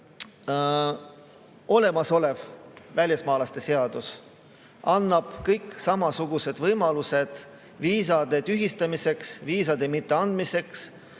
olemasolev välismaalaste seadus annab samasugused võimalused viisade tühistamiseks, viisade mitteandmiseks,